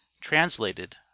Translated